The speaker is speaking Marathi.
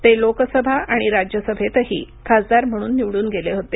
ते लोकसभा आणि राज्यसभेतही खासदार म्हणून निवडून गेले होते